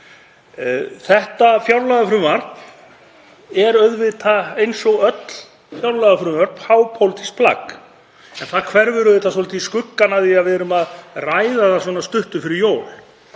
Þetta fjárlagafrumvarp er auðvitað eins og öll fjárlagafrumvörp, hápólitískt plagg. En það hverfur auðvitað svolítið í skuggann af því að við erum að ræða það svona stuttu fyrir jól.